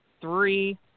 three